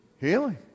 Healing